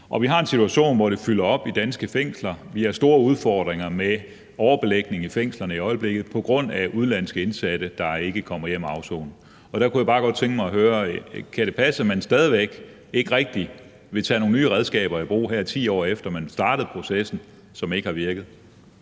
Vi har en situation, hvor der er fyldt op i de danske fængsler, vi har store udfordringer med overbelægning i fængslerne i øjeblikket på grund af udenlandske indsatte, der ikke kommer hjem og afsoner. Der kunne jeg bare godt tænke mig at høre: Kan det passe, at man stadig væk ikke rigtig vil tage nogle nye redskaber i brug, her 10 år efter man startede processen, som ikke har virket?